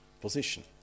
position